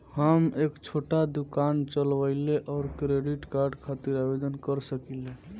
हम एक छोटा दुकान चलवइले और क्रेडिट कार्ड खातिर आवेदन कर सकिले?